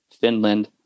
Finland